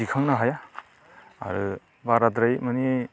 दिखांनो हाया आरो बाराद्राय माने